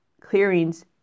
clearings